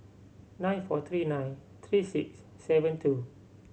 nine four three nine three six seven two